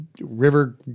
river